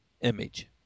image